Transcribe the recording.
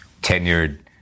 tenured